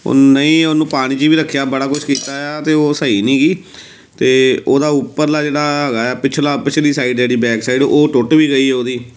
ਉਹ ਨਹੀਂ ਉਹਨੂੰ ਪਾਣੀ 'ਚ ਵੀ ਰੱਖਿਆ ਬੜਾ ਕੁਛ ਕੀਤਾ ਆ ਅਤੇ ਉਹ ਸਹੀ ਨਹੀਂ ਗੀ ਅਤੇ ਉਹਦਾ ਉੱਪਰਲਾ ਜਿਹੜਾ ਹੈਗਾ ਪਿਛਲਾ ਪਿਛਲੀ ਸਾਈਡ ਜਿਹੜੀ ਬੈਕ ਸਾਈਡ ਉਹ ਟੁੱਟ ਵੀ ਗਈ ਉਹਦੀ